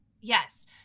Yes